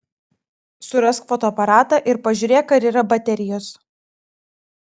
surask fotoaparatą ir pažiūrėk ar yra baterijos